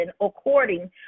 according